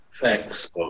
Thanks